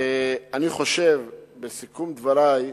בסיכום דברי,